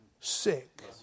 sick